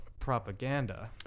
propaganda